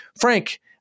Frank